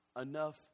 enough